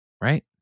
right